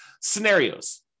scenarios